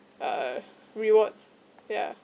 uh rewards yeah